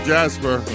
Jasper